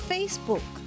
Facebook